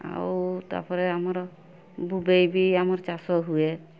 ଆଉ ତାପରେ ଆମର ଭୁବେଇ ବି ଆମର ଚାଷ ହୁଏ